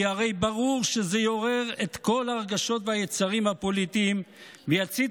כי הרי ברור שזה יעורר את כל הרגשות והיצרים הפוליטיים ויצית